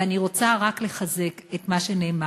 ואני רוצה רק לחזק את מה שנאמר,